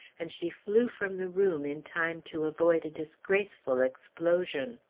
and she flew from the room in time to avoid a disgraceful explosion.